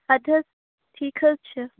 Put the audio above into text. اَدٕ حظ ٹھیٖک حظ چھِ